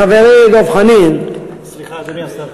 לחברי דב חנין, סליחה, אדוני השר,